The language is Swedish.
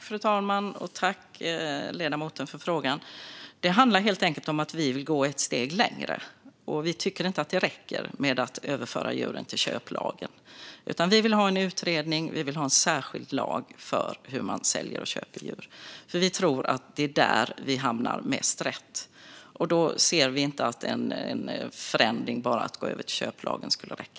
Fru talman! Tack för frågan, ledamoten! Det handlar helt enkelt om att vi vill gå ett steg längre. Vi tycker inte att det räcker att överföra djuren till köplagen, utan vi vill ha en utredning och en särskild lag för hur man säljer och köper djur. Vi tror att det är så man skulle hamna mest rätt. Vi ser inte att en förändring med att bara gå över till köplagen skulle räcka.